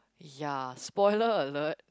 ya spoiler alert